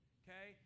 okay